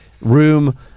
room